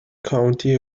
county